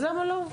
אז למה לא.